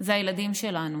זה הילדים שלנו.